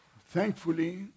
Thankfully